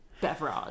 beverage